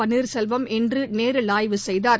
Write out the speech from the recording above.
பன்னீர்செல்வம் இன்று நேரில் ஆய்வு செய்தார்